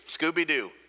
scooby-doo